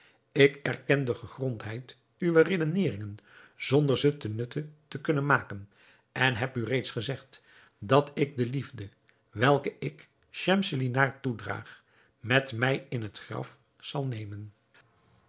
ik erken de gegrondheid uwer redeneringen zonder ze ten nutte te kunnen maken en heb u reeds gezegd dat ik de liefde welke ik schemselnihar toedraag met mij in het graf zal nemen